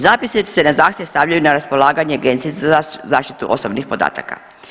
Zapisi se na zahtjev stavljaju na raspolaganje Agenciji za zaštitu osobnih podataka.